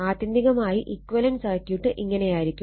ആത്യന്തികമായി equivalent circuit ഇങ്ങനെയായിരിക്കും